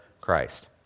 Christ